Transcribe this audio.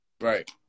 Right